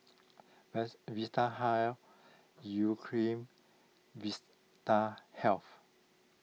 Vitahealth Urea Cream and Vistahealth